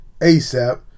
ASAP